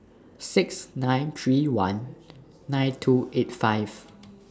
six nine three one nine two eight five